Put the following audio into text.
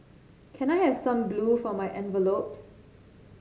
can I have some glue for my envelopes